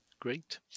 Great